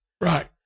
right